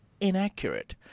inaccurate